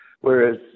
Whereas